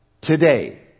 today